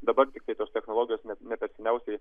dabar tiktai tos technologijos ne ne per seniausiai